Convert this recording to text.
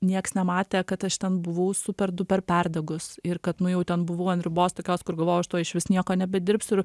nieks nematė kad aš ten buvau super duper perdegus ir kad nu jau ten buvo ant ribos tokios kur galvojau aš tuoj išvis nieko nebedirbsiu ir